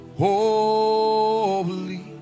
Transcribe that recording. holy